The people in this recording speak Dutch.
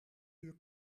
uur